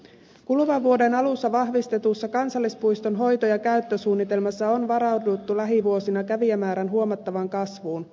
kuluvan vuoden alussa vahvistetussa kansallispuiston hoito ja käyttösuunnitelmassa on varauduttu lähivuosina kävijämäärän huomattavaan kasvuun